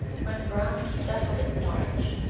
when browne settled at norwich,